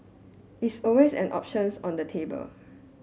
it's always an options on the table